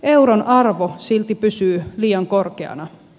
euron arvo silti pysyy liian korkeana